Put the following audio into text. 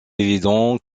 évident